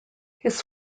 his